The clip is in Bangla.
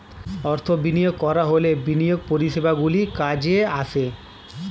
অর্থ বিনিয়োগ করা হলে বিনিয়োগ পরিষেবাগুলি কাজে আসে